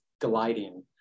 gliding